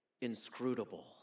inscrutable